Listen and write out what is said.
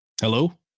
Hello